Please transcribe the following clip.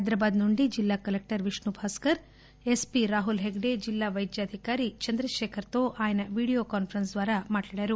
హైదరాబాద్ నుండి జిల్లా collector Vishnu Bhaskar SP Rahul Hegde జిల్లా పైద్యాధికారి చంద్రశేఖర్ తో ఆయన వీడియో కాన్నరెన్స్ ద్వారా మాట్లాడారు